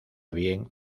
bien